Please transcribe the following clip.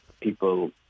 people